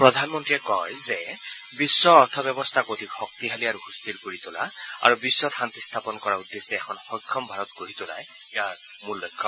প্ৰধানমন্ত্ৰীয়ে কয় যে বিশ্ব অৰ্থব্যৱস্থা অধিক শক্তিশালী আৰু সুস্থিৰ কৰি তোলা আৰু বিখ্বত শান্তি স্থাপন কৰাৰ উদ্দেশ্যে এখন সক্ষম ভাৰত গঢ়ি তোলাই ইয়াৰ মূল লক্ষ্য